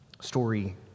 Story